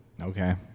okay